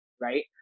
right